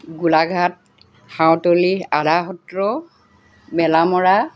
Golaghat Santoli Adasatra Melamora